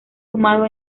sumado